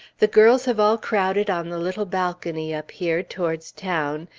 the girls have all crowded on the little balcony up here, towards town,